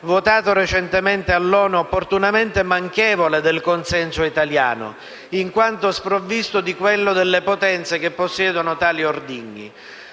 votato recentemente all'ONU, opportunamente manchevole del consenso italiano, in quanto sprovvisto di quello delle potenze che possiedono tali ordigni.